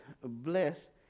bless